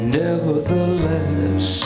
nevertheless